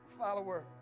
follower